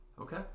Okay